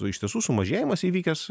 iš tiesų sumažėjimas įvykęs